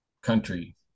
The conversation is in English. country